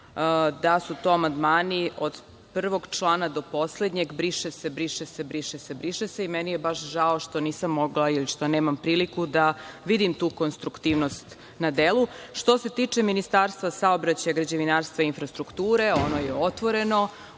da su to amandmani od 1. člana do poslednjeg - briše se, briše se, briše se i meni je baš žao što nisam mogla i što nemam priliku da vidim tu konstruktivnost na delu. Što se tiče Ministarstva saobraćaja, građevinarstva, infrastrukture, ono je otvoreno,